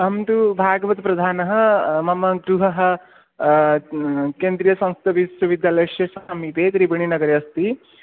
अहं तु भागवत्प्रधानः मम गृहं केन्द्रीयसंस्कृतविश्वविद्यालयस्य समीपे त्रिवेणिनगरे अस्ति